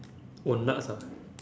oh nuts ah